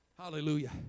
Hallelujah